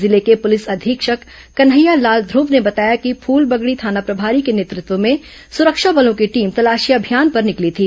जिले के पुलिस अधीक्षक कन्हैया लाल ध्र्व ने बताया कि फूलबगड़ी थाना प्रभारी के नेतृत्व में सुरक्षा बलों की टीम तलाशी अभियान पर निकली थी